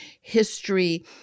history